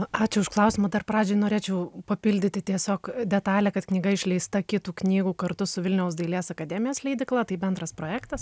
ačiū už klausimą dar pradžiai norėčiau papildyti tiesiog detalę kad knyga išleista kitų knygų kartu su vilniaus dailės akademijos leidykla tai bendras projektas